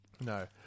No